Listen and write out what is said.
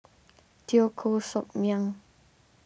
Teo Koh Sock Miang